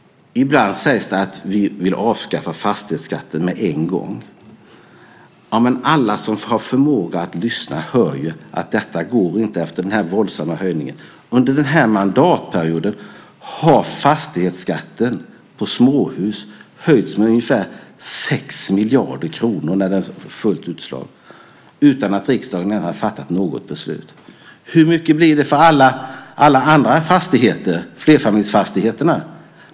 Ibland sägs det att vi vill avskaffa fastighetsskatten med en gång. Men alla som har förmåga att lyssna hör ju att det inte går efter den här våldsamma höjningen. Under den här mandatperioden har fastighetsskatten på småhus höjts med ungefär 6 miljarder kronor när det får fullt utslag, utan att riksdagen har fattat något beslut. Hur mycket blir det för alla andra fastigheter, flerfamiljsfastigheterna?